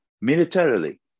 Militarily